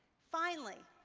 finally,